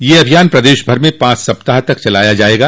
यह अभियान प्रदेश भर में पांच सप्ताह तक चलाया जायेगा